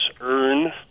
earn